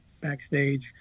backstage